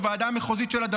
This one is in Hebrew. בוועדה המחוזית של הצפון,